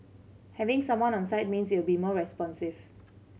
having someone on site means it'll be more responsive